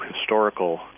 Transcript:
historical